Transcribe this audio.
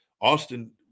Austin